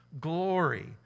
glory